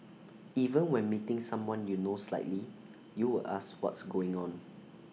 even when meeting someone you know slightly you would ask what's going on